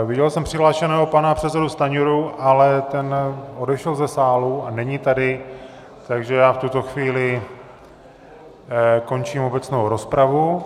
Viděl jsem přihlášeného pana předsedu Stanjuru, ale ten odešel ze sálu a není tady, takže já v tuto chvíli končím obecnou rozpravu.